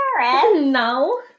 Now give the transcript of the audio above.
No